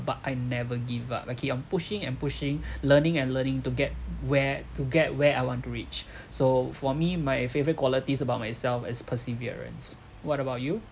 but I never give up I keep on pushing and pushing learning and learning to get where to get where I want to reach so for me my favourite qualities about myself is perseverance what about you